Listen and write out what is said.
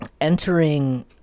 entering